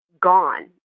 gone